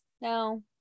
no